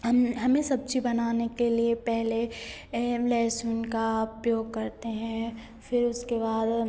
हम हमें सब्ज़ी बनाने के लिए पहले लहसुन का उपयोग करते हैं फिर उसके बाद